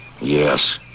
Yes